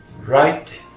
Right